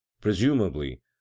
Presumably